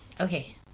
okay